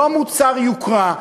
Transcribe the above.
לא מוצר יוקרה,